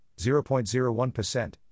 0.01%